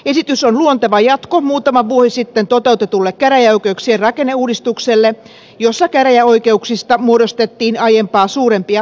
esitys on luonteva jatko muutama vuosi sitten toteutetulle käräjäoikeuksien rakenneuudistukselle jossa käräjäoikeuksista muodostettiin aiempaa suurempia yksiköitä